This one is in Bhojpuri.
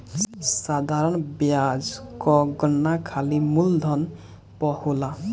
साधारण बियाज कअ गणना खाली मूलधन पअ होला